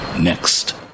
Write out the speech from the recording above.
next